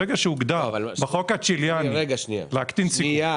ברגע שהוגדר בחוק הצ'יליאני להקטין סיכון